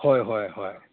ꯍꯣꯏ ꯍꯣꯏ ꯍꯣꯏ